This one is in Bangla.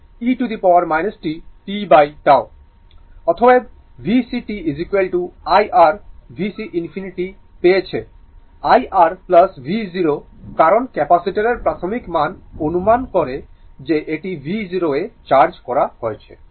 অতএব vc t I R vc infinity পেয়েছে I R v0 কারণ ক্যাপাসিটারের প্রাথমিক মান অনুমান করে যে এটি v0 এ চার্জ করা রয়েছে